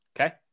Okay